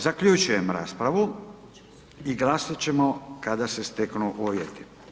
Zaključujem raspravu i glasat ćemo kad se steknu uvjeti.